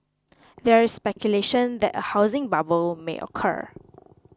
there is speculation that a housing bubble may occur